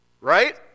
Right